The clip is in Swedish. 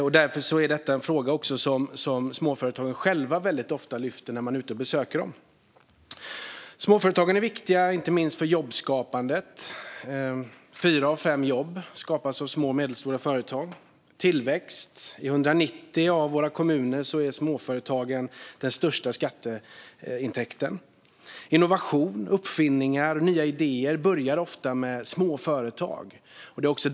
Det är också en fråga som småföretagen själva lyfter upp när man besöker dem. Småföretagen är viktiga, inte minst för jobbskapandet. Fyra av fem jobb skapas av små och medelstora företag. De är viktiga också för vår tillväxt. I 190 av våra kommuner kommer den största skatteintäkten från småföretagen. Innovationer, uppfinningar och nya idéer börjar ofta i småföretagen.